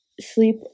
Sleep